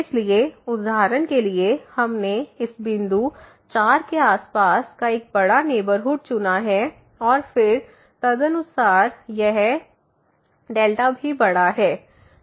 इसलिए उदाहरण के लिए हमने इस बिंदु 4 के आसपास का एक बड़ा नेबरहुड चुना है और फिर तदनुसार यह भी बड़ा है